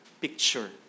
picture